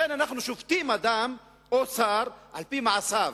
אנחנו שופטים אדם או שר על-פי מעשיו,